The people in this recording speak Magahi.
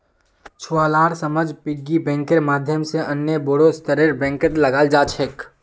छुवालार समझ पिग्गी बैंकेर माध्यम से अन्य बोड़ो स्तरेर बैंकत लगाल जा छेक